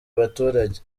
abaturage